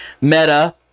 Meta